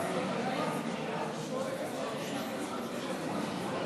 סיעת הרשימה המשותפת